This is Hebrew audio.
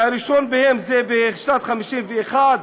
שהראשון בהם בשנת 1951,